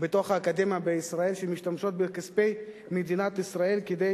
בתוך האקדמיה בישראל שמשתמשות בכספי מדינת ישראל כדי